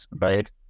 right